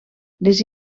les